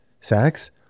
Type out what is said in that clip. sex